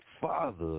father